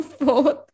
Fourth